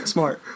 Smart